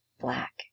black